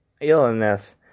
illness